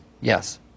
Yes